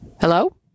Hello